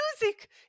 music